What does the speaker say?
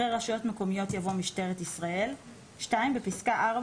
אחרי "רשויות מקומיות" יבוא "משטרת ישראל"; (2)בפסקה (4),